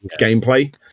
gameplay